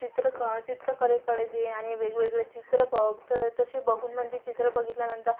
चित्र का चित्रकलेकडे दे आणि वेगवेगळं चित्रं बघ तर तसे बघून म्हणजे चित्रं बघितल्यानंतर